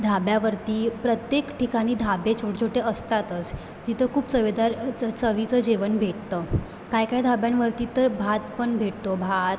धाब्यावरती प्रत्येक ठिकाणी धाबे छोटे छोटे असतातच तिथं खूप चवेदार चब चवीचं जेवण भेटतं काय काय धाब्यांवरती तर भात पण भेटतो भात